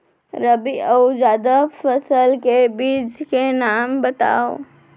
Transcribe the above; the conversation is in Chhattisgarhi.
रबि अऊ जादा फसल के बीज के नाम बताव?